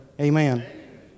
Amen